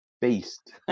beast